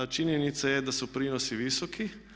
Činjenica je da su prinosi visoki.